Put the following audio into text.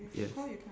yes